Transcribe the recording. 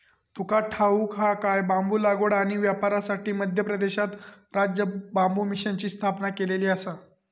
तुका ठाऊक हा काय?, बांबू लागवड आणि व्यापारासाठी मध्य प्रदेशात राज्य बांबू मिशनची स्थापना केलेली आसा